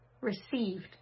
received